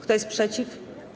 Kto jest przeciw?